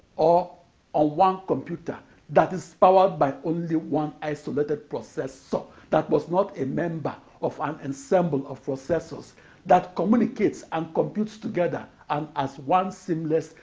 or on ah one computer that is powered by only one isolated processor so that was not a member of an ensemble of processors that communicates and computes together and as one seamless,